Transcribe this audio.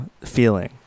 feeling